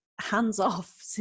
hands-off